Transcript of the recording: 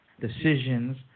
decisions